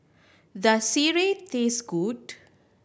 does sireh taste good